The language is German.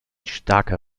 starker